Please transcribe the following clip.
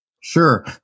Sure